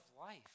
life